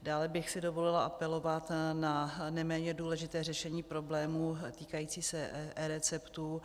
Dále bych si dovolila apelovat na neméně důležité řešení problémů týkajících se eReceptů.